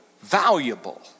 valuable